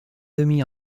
demie